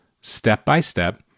step-by-step